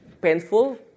painful